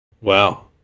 wow